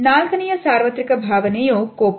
ನಾಲ್ಕನೆಯ ಸಾರ್ವತ್ರಿಕ ಭಾವನೆಯು ಕೋಪ